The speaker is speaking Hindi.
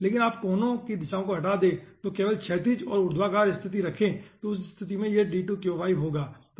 लेकिन आप कोने की दिशाओ को हटा दे और केवल क्षैतिज और ऊर्ध्वाधर स्थिति रखे तो उस स्तिथि में यह D2Q5 होगा